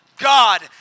God